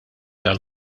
għall